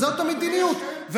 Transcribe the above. זאת המדיניות.